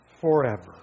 forever